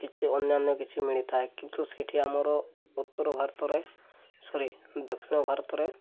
କିଛି ଅନ୍ୟାନ୍ୟ କିଛି ମିଳିଥାଏ କିନ୍ତୁ ସେଠି ଆମର ଉତ୍ତର ଭାରତରେ ସରି ଦକ୍ଷିଣ ଭାରତରେ